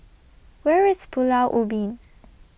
Where IS Pulau Ubin